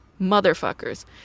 Motherfuckers